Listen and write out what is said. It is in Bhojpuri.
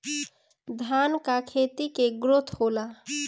धान का खेती के ग्रोथ होला?